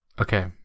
Okay